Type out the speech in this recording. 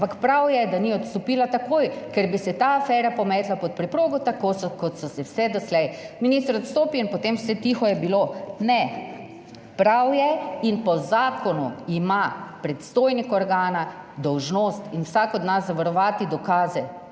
ampak prav je, da ni odstopila takoj, ker bi se ta afera pometla pod preprogo, tako kot so se vse doslej. Minister odstopi in potem vse tiho je bilo. Ne, prav je in po zakonu ima predstojnik organa dolžnost in vsak od nas zavarovati dokaze.